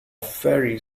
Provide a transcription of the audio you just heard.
ferry